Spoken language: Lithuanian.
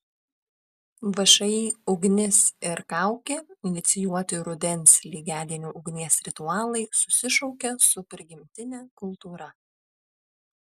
všį ugnis ir kaukė inicijuoti rudens lygiadienių ugnies ritualai susišaukia su prigimtine kultūra